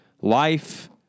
life